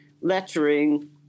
lettering